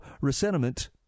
resentment